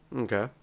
Okay